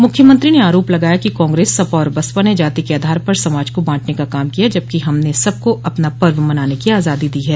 मुख्यमंत्री ने आरोप लगाया कि कांग्रेस सपा और बसपा ने जाति के आधार पर समाज को बांटने का काम किया जबकि हमने सबको अपना पर्व मनाने की आजादी दी है